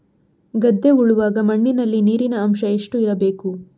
ಗದ್ದೆ ಉಳುವಾಗ ಮಣ್ಣಿನಲ್ಲಿ ನೀರಿನ ಅಂಶ ಎಷ್ಟು ಇರಬೇಕು?